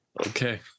okay